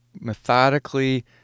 methodically